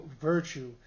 virtue